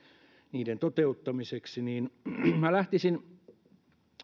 niiden toteuttamiseksi niin lähtisin